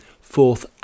fourth